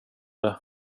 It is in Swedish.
det